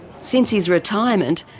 since his retirement,